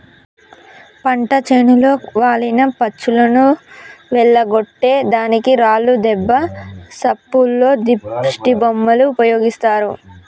పంట చేనులో వాలిన పచ్చులను ఎల్లగొట్టే దానికి రాళ్లు దెబ్బ సప్పుల్లో దిష్టిబొమ్మలు ఉపయోగిస్తారు